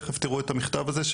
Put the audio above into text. תיכף תראו את המכתב הזה,